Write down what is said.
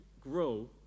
grow